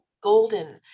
golden